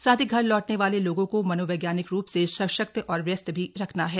साथ ही घर लौटने वाले लोगों को मनोवैज्ञानिक रूप से सशक्त और व्यस्त भी रखना है